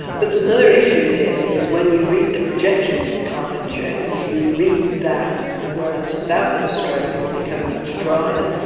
but there's another issue here, because when you read the projections of climate change, you read that whereas the south of australia will become much dryer,